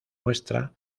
muestra